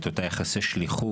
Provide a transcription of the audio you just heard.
אותם יחסי שליחות,